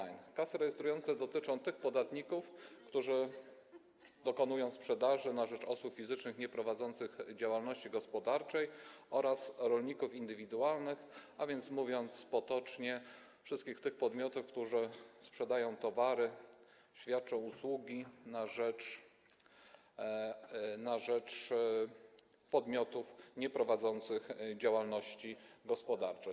Obowiązek posiadania kasy rejestrującej dotyczy tych podatników, którzy dokonują sprzedaży na rzecz osób fizycznych nieprowadzących działalności gospodarczej oraz rolników indywidualnych, a więc mówiąc potocznie, wszystkich tych podmiotów, które sprzedają towary i świadczą usługi na rzecz podmiotów nieprowadzących działalności gospodarczej.